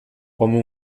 como